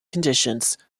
conditions